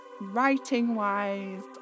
Writing-wise